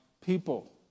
people